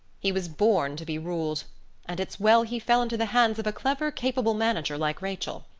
he was born to be ruled and it's well he fell into the hands of a clever, capable manager like rachel.